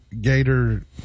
Gator